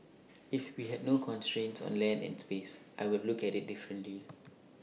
if we had no constraints on land and space I would look at IT differently